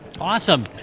Awesome